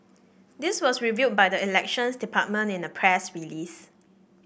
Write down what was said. this was revealed by the Elections Department in a press release